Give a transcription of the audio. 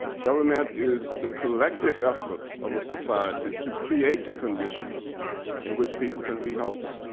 government is the collective efforts of a society to create the conditions in which people can be healthy.